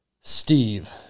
steve